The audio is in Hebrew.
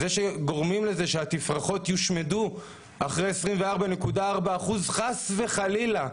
זה שגורמים לכך שהתפרחות יושמדו אחרי 24.4% - חס וחלילה,